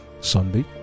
Sunday